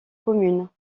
communes